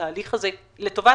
התהליך הזה לטובת,